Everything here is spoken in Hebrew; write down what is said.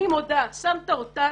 שמת אותנו,